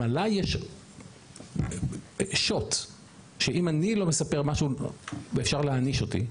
אם עליי יש שוט שאם אני לא מספר משהו אפשר להעניש אותי,